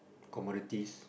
commodities